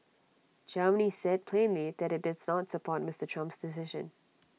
Germany said plainly that IT does not support Mister Trump's decision